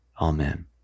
Amen